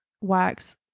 wax